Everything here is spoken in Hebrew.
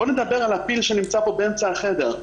בוא נדבר על הפיל שנמצא כאן באמצע החדר.